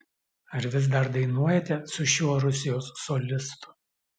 ar vis dar dainuojate su šiuo rusijos solistu